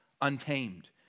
untamed